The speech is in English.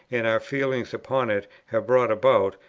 and our feelings upon it, have brought about,